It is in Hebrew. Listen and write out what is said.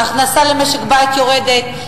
ההכנסה למשק בית יורדת,